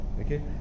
okay